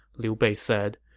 liu bei said.